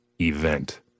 event